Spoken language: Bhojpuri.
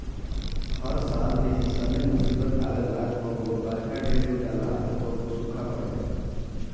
हर साल ऐइसने मुसीबत आवेला कबो बरखा ढेर हो जाला त कबो सूखा पड़ जाला